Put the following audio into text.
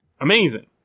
Amazing